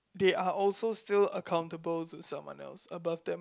they are also still accountable to someone else above them